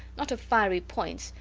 not of fiery points,